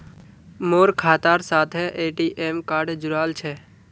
मोर खातार साथे ए.टी.एम कार्ड जुड़ाल छह